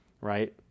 right